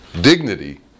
dignity